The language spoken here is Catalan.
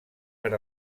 per